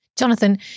Jonathan